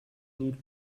need